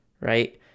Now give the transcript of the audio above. right